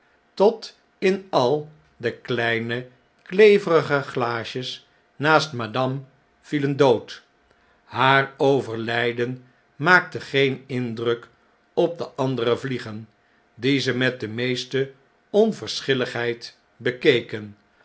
tot in al de kleine kleverige glaasjes naast madame vielen dood haar overlijden maakte geen indruk op de andere vliegen die ze met de meeste onverschilligheid bekeken